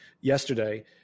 yesterday